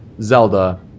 Zelda